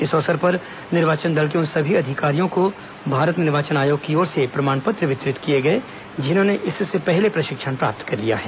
इस अवसर पर निर्वाचन दल के उन सभी अधिकारियों को भारत निर्वाचन आयोग की ओर से प्रमाण पत्र वितरित किए गए जिन्होंने इससे पहले प्रशिक्षण प्राप्त कर लिया है